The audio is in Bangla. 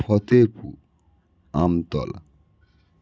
ফতেপুর আমতলা